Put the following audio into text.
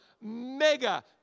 mega